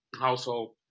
household